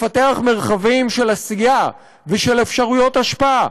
לפתח מרחבים של עשייה ושל אפשרויות השפעה